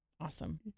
Awesome